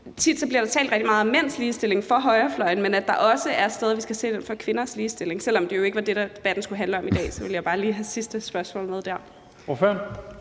tit bliver talt rigtig meget om mænds ligestilling fra højrefløjen, men at der også er steder, vi skal se på kvinders ligestilling? Selv om det jo ikke var det, debatten skulle handle om i dag, vil jeg bare lige have det sidste spørgsmål med der.